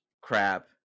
crap